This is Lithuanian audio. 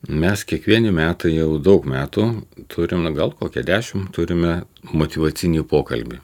mes kiekvieni metai jau daug metų turime gal kokie dešimt turime motyvacinį pokalbį